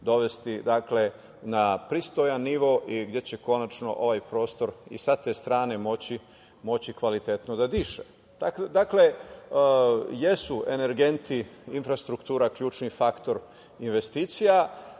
dovesti na pristojan nivo i gde će konačno ovaj prostor i sa te strane moći kvalitetno da diše. Dakle, jesu energenti i infrastruktura ključni faktor investicija,